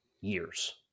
years